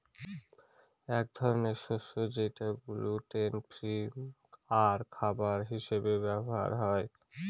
এক ধরনের শস্য যেটা গ্লুটেন ফ্রি আর খাবার হিসাবে ব্যবহার হয়